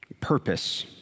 purpose